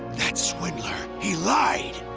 that swindler, he lied.